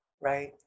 right